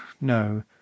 no